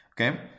okay